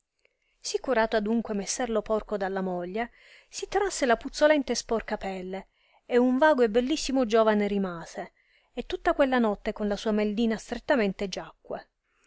sicurato adunque messer lo porco dalla moglie si trasse la puzzolente e sporca pelle e un vago e bellissimo giovane rimase e tutta quella notte con la sua meldina strettamente giacque